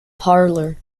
parlor